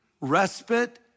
respite